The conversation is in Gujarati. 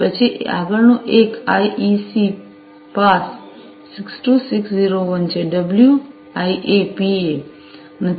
પછી આગળનું એક આઇઇસી પાસ 62601 છે ડબ્લ્યુઆઈએ પી